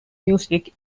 music